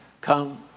come